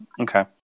Okay